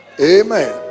Amen